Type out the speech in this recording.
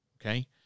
okay